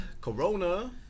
Corona